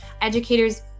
educators